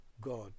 God